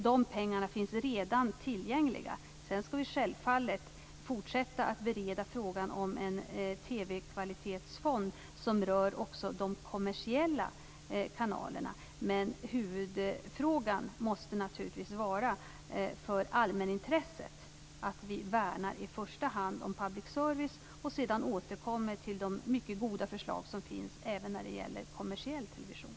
De pengarna finns redan tillgängliga. Sedan skall vi självfallet fortsätta att bereda frågan om en TV-kvalitetsfond, som rör också de kommersiella kanalerna. Men i allmänhetens intresse måste naturligtvis huvudfrågan vara att i första hand värna om public service. Sedan återkommer vi till de mycket goda förslag som finns även när det gäller kommersiell television.